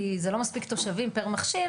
כי זה לא מספיק תושבים פר מכשיר